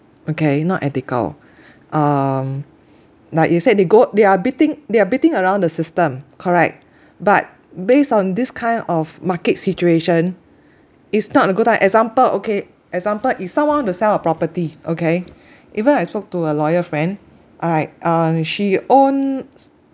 okay not ethical um like you said they go they are beating they are beating around the system correct but based on this kind of market situation it's not a good time example okay example if someone want to sell a property okay even I spoke to a lawyer friend alright uh she owns